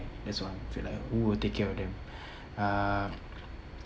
that's what I feel like who will take care of them um